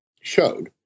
showed